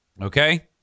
okay